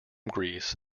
greece